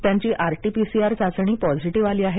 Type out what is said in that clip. त्यांची आरटीपीसीआर चाचणी पॉझिटीव्ह आली आहे